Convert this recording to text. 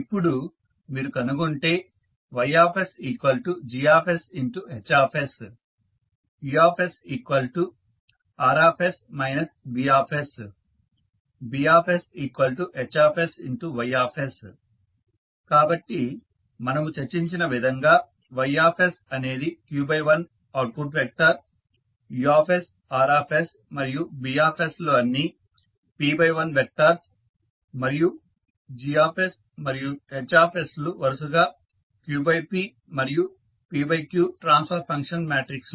ఇప్పుడు మీరు కనుగొంటే Ys GsUs Us Rs Bs Bs HsYs కాబట్టి మనము చర్చించిన విధంగా Y అనేది q × 1 output vector U R మరియు B లు అన్నీ p × 1 వెక్టార్స్ మరియు G మరియు H లు వరుసగా q ×p మరియు p× q transfer function matrix లు